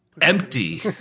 empty